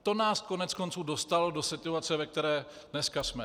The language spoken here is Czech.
To nás koneckonců dostalo do situace, ve které dnes jsme.